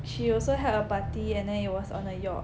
she also held a party and then it was on a yacht